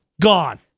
gone